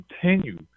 continue